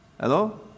Hello